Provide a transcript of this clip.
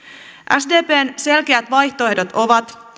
sdpn selkeät vaihtoehdot ovat